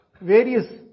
various